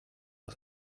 aus